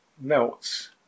melts